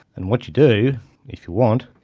and what you do if you want,